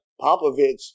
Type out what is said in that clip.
Popovich –